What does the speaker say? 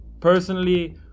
personally